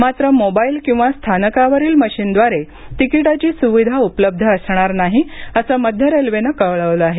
मात्र मोबाईल र्किंवा स्थानकावरील मशिनद्वारे तिकिटाची सुविधा उपलब्ध असणार नाही असं मध्य रेल्वेनं कळवलं आहे